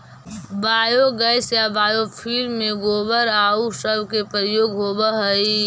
biogas या biofuel में गोबर आउ सब के प्रयोग होवऽ हई